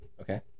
Okay